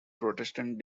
protestant